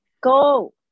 Go